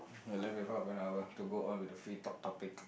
we are left with half an hour have to go on with the free talk topic